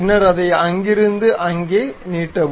பின்னர் அதை அங்கிருந்து அங்கே நீட்டவும்